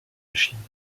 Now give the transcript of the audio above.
machines